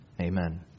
Amen